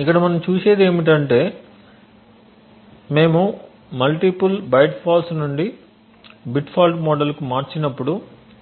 ఇక్కడ మనం చూసేది ఏమిటంటే మేము మల్టిపుల్ బైట్ ఫాల్ట్స్ నుండి బిట్ ఫాల్ట్ మోడల్ కు మారినప్పుడు